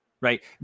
right